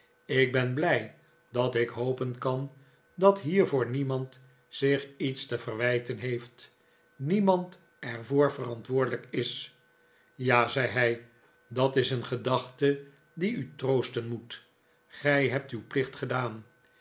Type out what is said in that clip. ik ben blij dat ik hopen kan dat hiervoor niemand zich iets te verwijten heeft niemand er voor verantwoordelijk is ja zei hij dat is een gedachte die u troosten moet gij hebt uw plicht gedaan